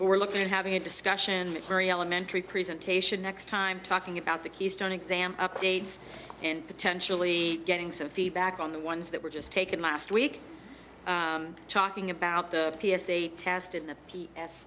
we're looking at having a discussion very elementary presentation next time talking about the keystone exam updates and potentially getting some feedback on the ones that were just taken last week talking about the p s a test in the p s